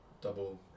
double